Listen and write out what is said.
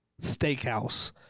steakhouse